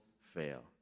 fail